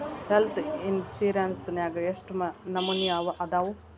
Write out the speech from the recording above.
Health insurance ನ್ಯಾಗ್ ಯೆಷ್ಟ್ ನಮನಿ ಅದಾವು?